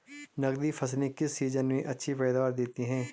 नकदी फसलें किस सीजन में अच्छी पैदावार देतीं हैं?